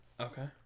Okay